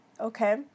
okay